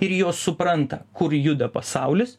ir jos supranta kur juda pasaulis